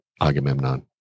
Agamemnon